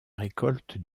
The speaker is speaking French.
récolte